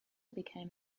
became